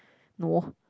no